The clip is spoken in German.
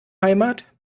heimat